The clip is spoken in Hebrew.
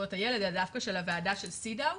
לזכויות הילד אלא דווקא הוועדה של סידאו,